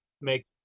make